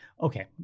Okay